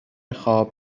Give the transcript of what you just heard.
خواب